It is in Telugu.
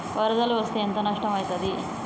వరదలు వస్తే ఎంత నష్టం ఐతది?